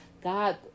God